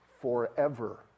forever